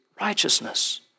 righteousness